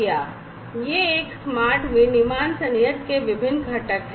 ये एक स्मार्ट विनिर्माण संयंत्र के विभिन्न घटक हैं